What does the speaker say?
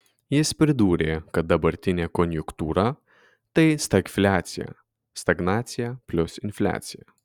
jis pridūrė kad dabartinė konjunktūra tai stagfliacija stagnacija plius infliacija